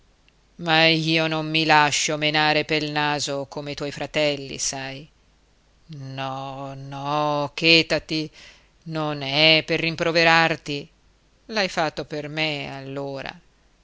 ma io non mi lascio menare pel naso come i tuoi fratelli sai no no chetati non è per rimproverarti l'hai fatto per me allora